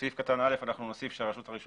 בסעיף קטן (א) אנחנו נוסיף שרשות הרישוי